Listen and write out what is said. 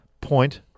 point